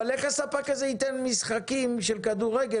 אבל איך הספק הזה ייתן משחקים של כדורגל